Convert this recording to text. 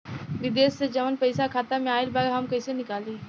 विदेश से जवन पैसा खाता में आईल बा हम कईसे निकाली?